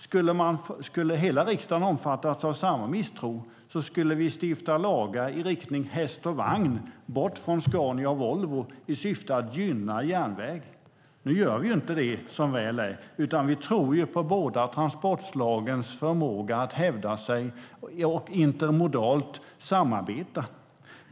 Skulle hela riksdagen omfattas av samma misstro skulle vi stifta lagar i riktning mot häst och vagn, bort från Scania och Volvo, i syfte att gynna järnväg. Nu gör vi inte det som väl är, utan vi tror på båda transportslagens förmåga att hävda sig och på intermodalt samarbete.